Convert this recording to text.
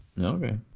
Okay